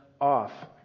off